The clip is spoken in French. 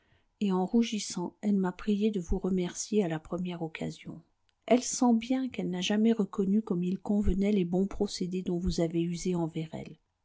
et en rougissant elle m'a priée de vous remercier à la première occasion elle sent bien qu'elle n'a jamais reconnu comme il convenait les bons procédés dont vous avez usé envers elle